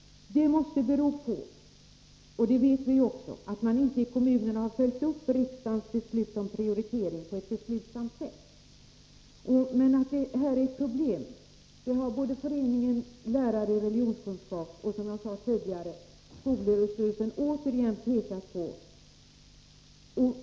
Det måste bero på att man ute i kommunerna inte har följt upp riksdagens beslut om prioritering på ett beslutsamt sätt, och det vet vi ju också. Att det här är ett problem har både Föreningen Lärare i religionskunskap och, som jag sade tidigare, skolöverstyrelsen, återigen påpekat.